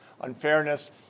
unfairness